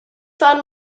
find